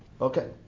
Okay